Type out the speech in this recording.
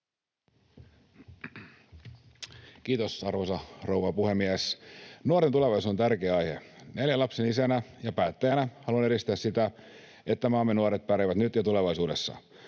Kiitos, arvoisa rouva puhemies! Nuoren tulevaisuus on tärkeä aihe. Neljän lapsen isänä ja päättäjänä haluan edistää sitä, että maamme nuoret pärjäävät nyt ja tulevaisuudessa.